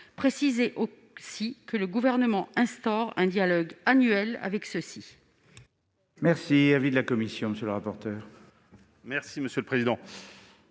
préciser que le Gouvernement instaure un dialogue annuel avec eux.